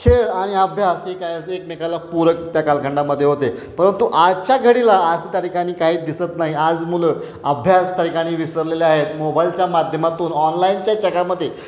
खेळ आणि अभ्यास एक असे एकमेकाला पूरक त्या कालखंडामध्ये होते परंतु आजच्या घडीला आज त्या ठिकाणी काही दिसत नाही आज मुलं अभ्यास त्या ठिकाणी विसरलेले आहेत मोबाईलच्या माध्यमातून ऑनलाईनच्या जगामध्ये